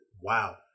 Wow